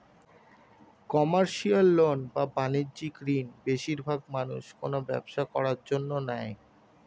commercial loan বা বাণিজ্যিক ঋণ বেশিরবাগ মানুষ কোনো ব্যবসা করার জন্য নেয়